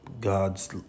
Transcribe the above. God's